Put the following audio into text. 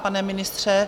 Pane ministře?